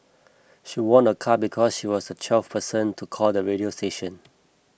she won a car because she was the twelfth person to call the radio station